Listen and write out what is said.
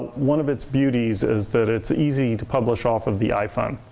one of its beauties is that it's easy to publish off of the iphone.